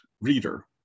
reader